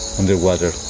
underwater